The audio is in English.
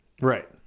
Right